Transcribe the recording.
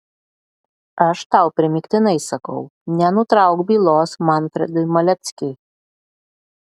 aš tau primygtinai sakau nenutrauk bylos manfredui maleckiui